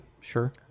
sure